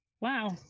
Wow